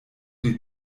die